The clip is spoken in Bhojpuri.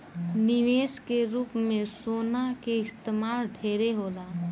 निवेश के रूप में सोना के इस्तमाल ढेरे होला